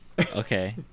Okay